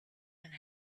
and